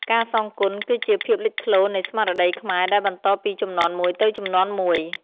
ការសងគុណគឺជាភាពលេចធ្លោនៃស្មារតីខ្មែរដែលបន្តពីជំនាន់មួយទៅជំនាន់មួយ។